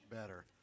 better